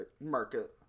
market